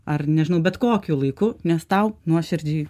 ar nežinau bet kokiu laiku nes tau nuoširdžiai